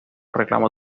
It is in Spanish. reclamo